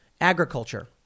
agriculture